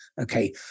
Okay